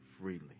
freely